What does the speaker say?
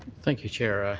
thank you, chair.